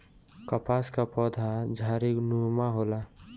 कपास कअ पौधा झाड़ीनुमा होला